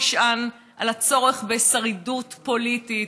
נשען על הצורך בשרידות פוליטית